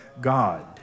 God